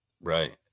Right